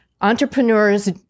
entrepreneurs